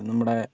നമ്മുടെ